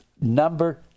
number